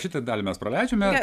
šitą dalį mes praleidžiame